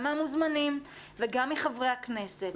גם מהמוזמנים וגם מחברי הכנסת.